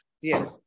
yes